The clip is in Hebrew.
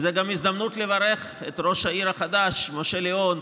וזו גם הזדמנות לברך את ראש העיר החדש משה ליאון,